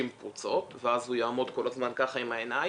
פרוצות ואז הוא יעמוד ככה כל הזמן העיניים,